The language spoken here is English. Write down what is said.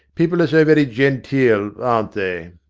people are so very genteel, aren't they?